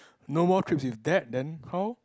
no more trips with dad then how